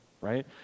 right